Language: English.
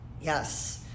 Yes